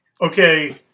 Okay